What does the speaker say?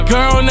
Girl